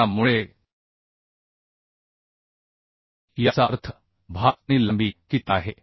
त्यामुळे याचा अर्थ भार आणि लांबी किती आहे